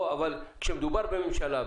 אבל כשמדובר בממשלה,